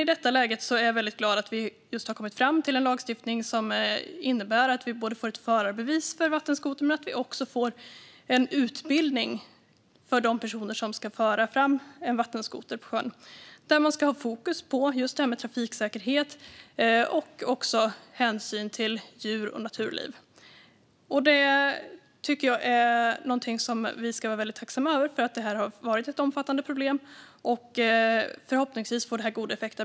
I detta läge är jag glad att vi har kommit fram till en lagstiftning som innebär att det införs ett förarbevis för vattenskoter och att det kommer att införas en utbildning för dem som ska föra fram en vattenskoter på sjön. Fokus ska vara på trafiksäkerhet och hänsyn till djur och naturliv. Det är något som vi ska vara tacksamma för eftersom det har varit ett omfattande problem. Förhoppningsvis får det goda effekter.